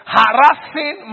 harassing